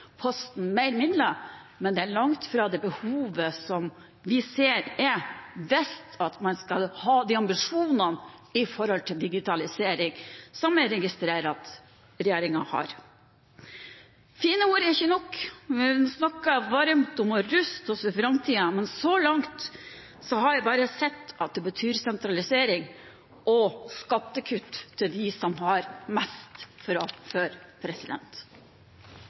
posten mer midler, men det er langt fra det behovet som vi ser er, hvis man skal ha de ambisjonene for digitalisering som jeg registrerer at regjeringen har. Fine ord er ikke nok. Man snakker varmt om å ruste oss for framtiden, men så langt har jeg bare sett at det betyr sentralisering og skattekutt til dem som har mest fra før.